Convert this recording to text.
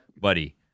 buddy